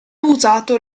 usato